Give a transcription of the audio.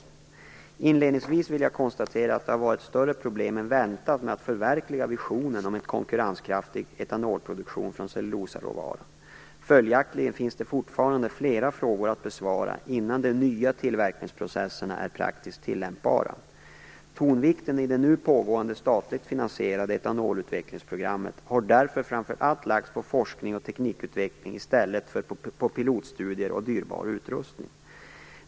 Inledningsvis vill jag konstatera att det har varit större problem än väntat att förverkliga visionen om en konkurrenskraftig etanolproduktion från cellulosaråvara. Följaktligen finns det fortfarande flera frågor att besvara innan de nya tillverkningsprocesserna är praktiskt tillämpbara. Tonvikten i det nu pågående statligt finansierade etanolutvecklingsprogrammet har därför framför allt lagts på forskning och teknikutveckling i stället för på pilotstudier och dyrbar utrustning.